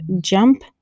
jump